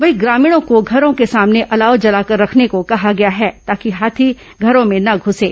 वहीं ग्रामीणों को घरों के सामने ँ अलाव जलाकर रखने को कहा गया है ताकि हाथी घरों में न घूसें